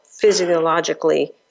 physiologically